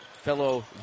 fellow